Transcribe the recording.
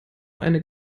eine